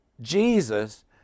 Jesus